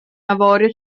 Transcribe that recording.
avorio